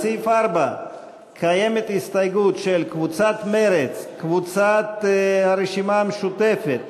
לסעיף 4 יש הסתייגות של חברי הכנסת עיסאווי פריג',